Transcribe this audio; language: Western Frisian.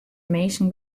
minsken